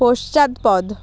পশ্চাৎপদ